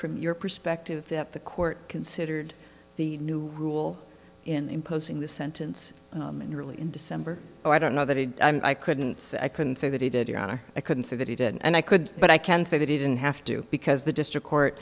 from your perspective that the court considered the new rule in imposing the sentence really in december i don't know that it i couldn't i couldn't say that he did your honor i couldn't say that he did and i could but i can say that he didn't have to because the district court